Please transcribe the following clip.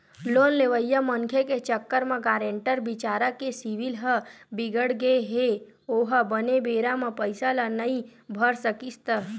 loan लेवइया मनखे के चक्कर म गारेंटर बिचारा के सिविल ह बिगड़गे हे ओहा बने बेरा म पइसा ल नइ भर सकिस त